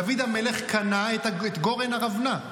דוד המלך קנה את גורן ארוונה,